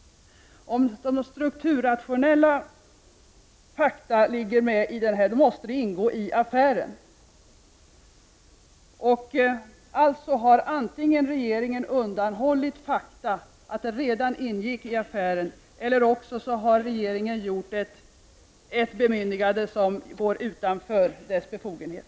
Om strukturrationella fakta ligger bakom detta, måste det ingå i affären. Antingen har regeringen alltså undanhållit fakta, att det redan ingick i affären, eller också har regeringen gett ett bemyndigande som går utanför dess befogenhet.